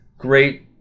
Great